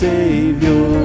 Savior